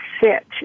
sit